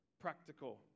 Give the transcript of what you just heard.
practical